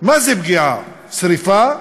מה זו פגיעה, שרפה?